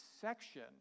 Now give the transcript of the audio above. section